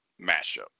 mashup